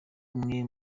umwe